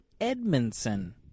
Edmondson